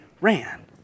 ran